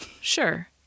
Sure